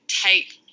take